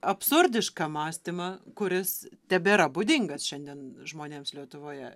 absurdišką mąstymą kuris tebėra būdingas šiandien žmonėms lietuvoje